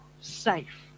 safe